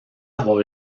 avoir